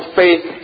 faith